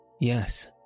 Yes